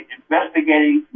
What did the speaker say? investigating